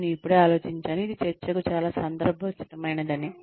నేను ఇప్పుడే ఆలోచించాను ఇది చర్చకు చాలా సందర్భోచితమైనది అని